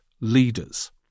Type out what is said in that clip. leaders